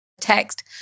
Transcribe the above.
text